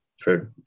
True